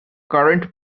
current